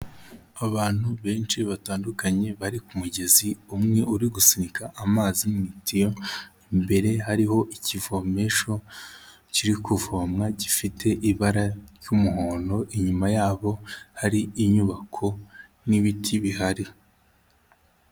Abantu benshi batandukanye bari ku mugezi umwe uri gusunika amazi mu itiyo, imbere hariho ikivomesho kiri kuvomwa gifite ibara ry'umuhondo, inyuma yabo hari inyubako n'ibiti bihari.